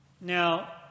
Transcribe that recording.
Now